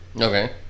Okay